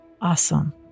Awesome